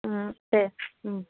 दे